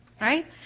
right